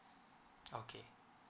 okay